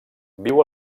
viu